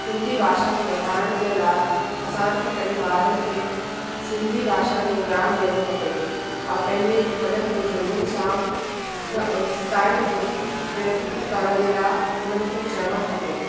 सिंधी भाषा खे वधाइण जे लाइ असांखे पंहिंजे ॿारनि खे सिंधी भाषा जो ज्ञान ॾियणो खपे और पंहिंजे वॾनि बुजुर्गनि सां टाइम व्यतीत करण जे लाइ हुननि खे चवणो खपे